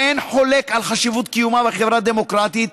שאין חולק על חשיבות קיומה בחברה דמוקרטית,